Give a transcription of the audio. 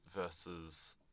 versus